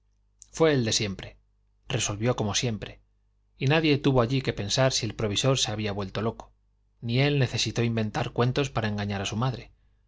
fue el de siempre resolvió como siempre y nadie tuvo allí que pensar si el provisor se habría vuelto loco ni él necesitó inventar cuentos para engañar a su madre